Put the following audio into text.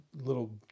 little